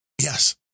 Yes